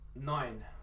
Nine